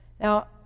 Now